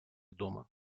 дома